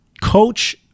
coach